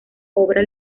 obra